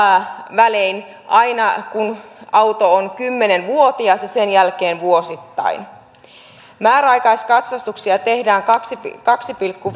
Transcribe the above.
välein aina siihen saakka kun auto on kymmenenvuotias ja sen jälkeen vuosittain määräaikaiskatsastuksia tehdään kahteen pilkku